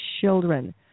children